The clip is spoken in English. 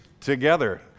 together